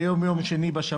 היום יום שני,